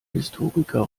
historiker